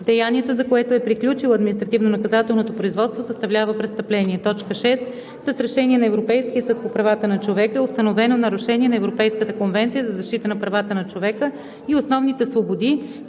деянието, за което е приключило административнонаказателното производство, съставлява престъпление; 6. с решение на Европейския съд по правата на човека е установено нарушение на Европейската конвенция за защита на правата на човека и основните свободи,